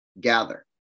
gather